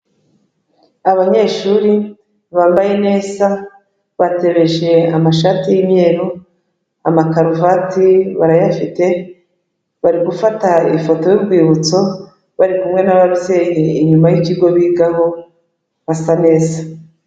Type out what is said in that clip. Abanyeshuri bambaye neza, batebeje amashati y'imyeru, amakaruvati barayafite, bari gufata ifoto y'urwibutso, bari kumwe n'ababyeyi, inyuma y'ikigo bigaho basa neza.